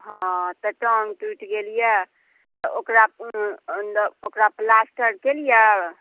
हॅं तऽ टाँग टुटि गेल यऽ तऽ ओकरा ओकरा प्लास्टरके लियै